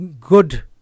good